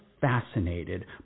fascinated